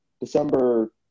December